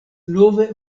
nove